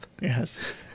Yes